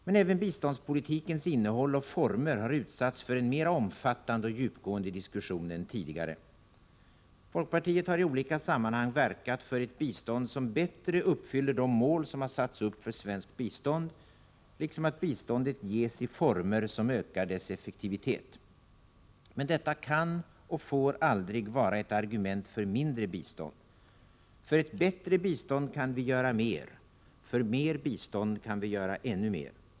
Men även biståndspolitikens innehåll och former har utsatts för en mer omfattande och djupgående diskussion än tidigare. Folkpartiet har i olika sammanhang verkat för ett bistånd som bättre uppfyller de mål som satts upp för svenskt bistånd, liksom att biståndet ges i former som ökar dess effektivitet. Men detta kan och får aldrig vara ett argument för mindre 65 bistånd. För ett bättre bistånd kan vi göra mer. För mer bistånd kan vi göra ännu mer.